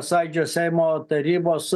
sąjūdžio seimo tarybos